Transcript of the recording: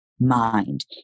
mind